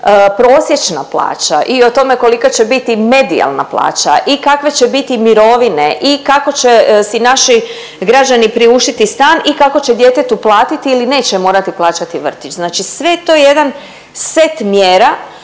prosječna plaća i o tome kolika će biti medijalna plaća i kakve će biti mirovine i kako će si naši građani priuštiti stan i kako će djetetu platiti ili neće morati plaćati vrtić. Znači sve je to jedan set mjera